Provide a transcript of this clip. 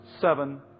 seven